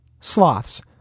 Sloths